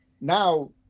now